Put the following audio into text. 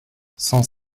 cent